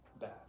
bad